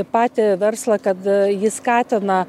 patį verslą kad jį skatina